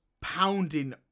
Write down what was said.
pounding